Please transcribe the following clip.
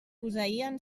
posseïen